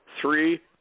three